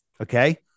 Okay